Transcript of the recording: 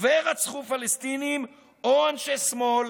ורצחו פלסטינים או אנשי שמאל